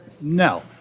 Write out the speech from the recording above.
No